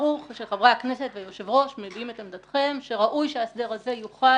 ברור שחברי הכנסת והיושב-ראש מביעים את עמדתם שראוי שההסדר הזה יוחל